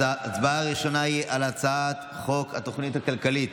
הצבעה ראשונה, על הצעת חוק התוכנית הכלכלית